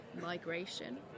migration